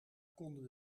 konden